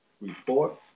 report